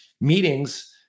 meetings